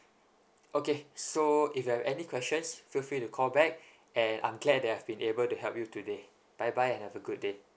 okay so if you have any questions feel free to call back and I'm glad they have been able to help you today bye bye have a good day